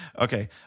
Okay